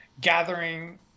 gathering